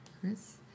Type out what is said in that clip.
Chris